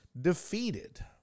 defeated